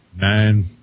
nine